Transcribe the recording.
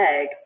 egg